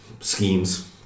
schemes